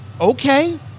Okay